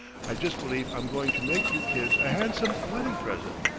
i just believe i'm going to make you kids a handsome wedding present.